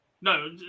No